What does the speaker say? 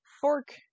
fork